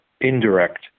indirect